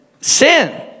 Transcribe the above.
sin